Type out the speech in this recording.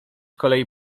kolei